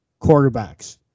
quarterbacks